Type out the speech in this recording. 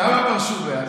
כמה פרשו מאז?